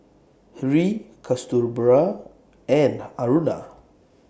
Hri Kasturba and Aruna